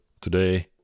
today